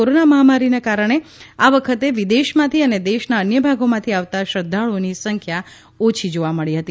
corona મહામારીને કારણે આ વખતે વિદેશમાંથી અને દેશના અન્ય ભાગોમાંથી આવતાં શ્રધ્ધાળુઓની સંખ્યા ઓછી જોવા મળી હતી